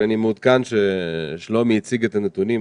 אבל עודכנתי ששלומי הציג את הנתונים.